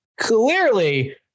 clearly